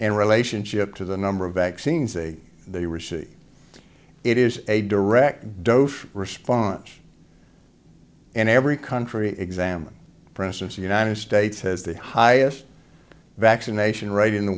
in relationship to the number of vaccines that they receive it is a direct dose response and every country examined for instance the united states has the highest vaccination right in the